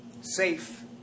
safe